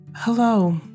Hello